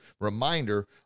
reminder